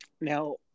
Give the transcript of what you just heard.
Now